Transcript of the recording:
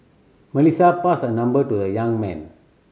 Melissa passed her number to the young man